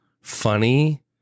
funny